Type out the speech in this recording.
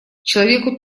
человеку